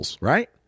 right